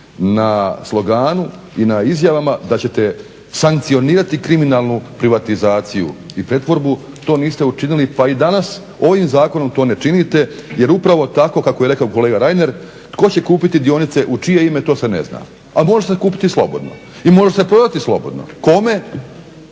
na sloganu i na izjavama da ćete sankcionirati kriminalnu privatizaciju i pretvorbu. To niste učinili. Pa i danas ovim zakonom to ne činite jer upravo tako kako je rekao kolega Reiner tko će kupiti dionice, u čije ime? To se ne zna. A može se kupiti slobodno i može se prodati slobodno. Kome?